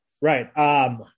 Right